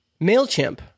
MailChimp